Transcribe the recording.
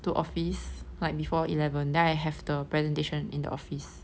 to the office like before eleven I have the presentation in the office